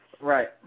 right